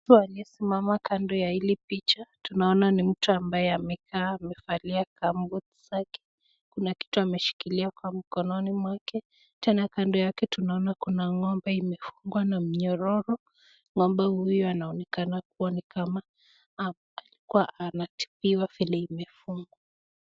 Mtu amesimama kando ya Ili picha tunaona ni mtu ambaye amevalia gumboots zake na kitu ameshikilia kwa mkononi mwake Tena kando yake tunaona Kuna ngombe imefungwa na mnyororo ngombe huyu anaonekana ni kama anatibiwa vile imefungwa.